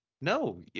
No